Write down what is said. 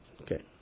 Okay